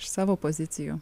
iš savo pozicijų